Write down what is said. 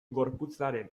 gorputzaren